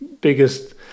biggest